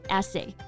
Essay